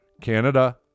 Canada